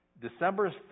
December